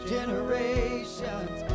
Generations